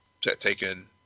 taken